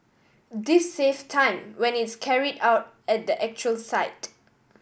this save time when it's carried out at the actual site